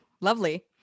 Lovely